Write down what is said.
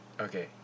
Okay